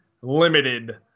limited